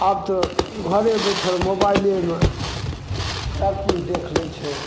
आब तऽ घरे बैठल मोबाइलेमे सब किछु देखि लै छै